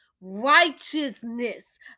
righteousness